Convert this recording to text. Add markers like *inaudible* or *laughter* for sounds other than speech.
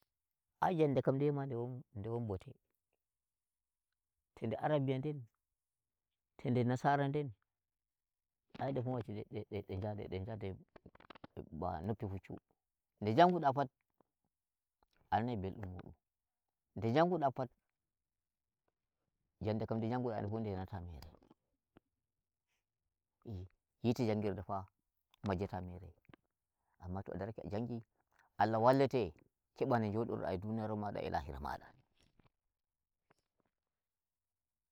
Ai njande nde ma nde won bone, to nde arabiya nden, to nde nasara nden, ai defuu ma de de- de njande de njadai *noise* ba noppi puccu, nde njanguda pat ana nai mbeldum mudum nde njanguda pat njande kam nde njangu da fuu nde yanata mere. *noise* yite jangirde faa majjata mere, amma to a darake a njangi Allah wallete keba no njodirda e duniyaru mada e lahira mada. *noise*